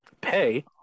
Pay